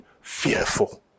fearful